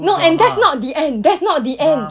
no and that's not the end that's not the end